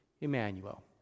Emmanuel